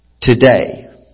Today